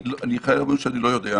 אני חייב להגיד שאני לא יודע.